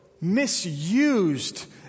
misused